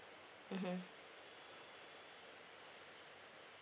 mmhmm